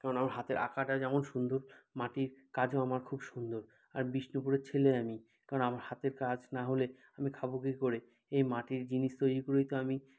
কারণ আমার হাতের আঁকাটা যেমন সুন্দর মাটির কাজও আমার খুব সুন্দর আর বিষ্ণুপুরের ছেলে আমি কারণ আমার হাতের কাজ না হলে আমি খাব কী করে এই মাটির জিনিস তৈরি করেই তো আমি